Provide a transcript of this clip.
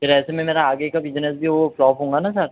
फिर ऐसे में मेरा आगे का बिजनेस भी वो फ़्लॉप होगा ना सर